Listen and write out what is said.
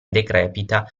decrepita